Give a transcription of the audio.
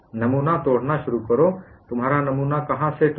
नमूना तोड़ना शुरू करो तुम्हारा नमूना कहाँ से टूटा